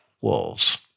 wolves